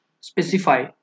specify